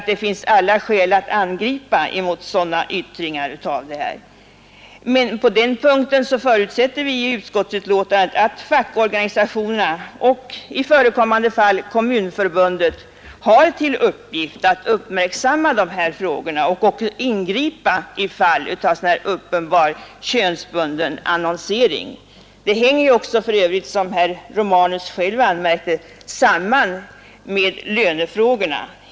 Det finns alla skäl att ingripa mot dessa yttringar av Lagstiftning mot diskriminering. På den punkten förutsätter vi i utskottets utlåtande att könsdiskriminering fackorganisationerna och i förekommande fall Kommunförbundet har till — På arbetsmarknauppgift att uppmärksamma dessa frågor och ingripa i fall av uppenbar den, m.m. könsbunden annonsering. Hela detta problem hänger också för övrigt, som herr Romanus anmärkte, samman med lönefrågorna.